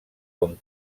com